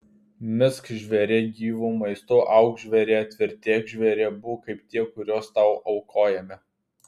misk žvėrie gyvu maistu auk žvėrie tvirtėk žvėrie būk kaip tie kuriuos tau aukojame